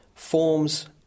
forms